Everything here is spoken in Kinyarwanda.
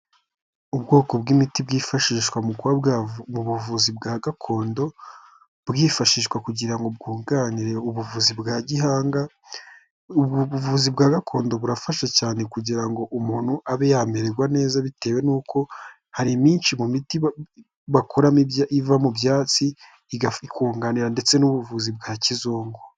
Ubwoko bw'imiti bwifashishwa mu kuba bwa, mu buvuzi bwa gakondo, bwifashishwa kugira ngo bwunganire ubuvuzi bwa gihanga, ubuvuzi bwa gakondo burafasha cyane kugira ngo umuntu abe yamererwa neza, bitewe n'uko hari imyinshi mu miti bakora iva mu byatsi ,igafi ikunganira ndetse n'ubuvuzi bwa kizungu.